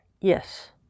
Yes